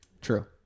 True